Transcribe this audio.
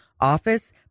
office